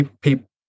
people